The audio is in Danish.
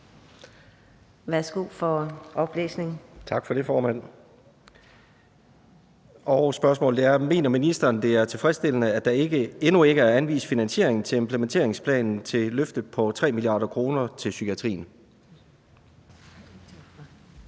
Peder Hvelplund (EL): Tak for det, formand. Spørgsmålet er: Mener ministeren, det er tilfredsstillende, at der endnu ikke er anvist finansiering til implementeringsplanen til løftet på 3 mia. kr. til psykiatrien?